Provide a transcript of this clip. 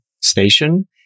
station